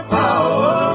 power